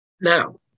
Now